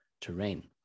terrain